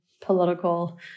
political